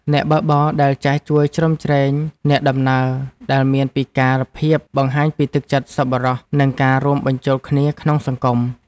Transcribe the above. អ្នកបើកបរដែលចេះជួយជ្រោមជ្រែងអ្នកដំណើរដែលមានពិការភាពបង្ហាញពីទឹកចិត្តសប្បុរស និងការរួមបញ្ចូលគ្នាក្នុងសង្គម។